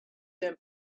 them